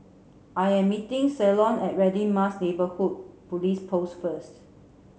I am meeting Ceylon at Radin Mas Neighbourhood Police Post first